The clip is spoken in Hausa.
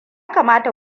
kamata